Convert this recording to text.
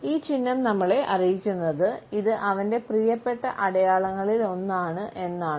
ഈ ചിഹ്നം നമ്മളെ അറിയിക്കുന്നത് ഇത് അവന്റെ പ്രിയപ്പെട്ട അടയാളങ്ങളിലൊന്നാണ് എന്നാണ്